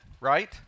right